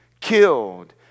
killed